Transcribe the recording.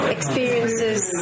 experiences